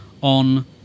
on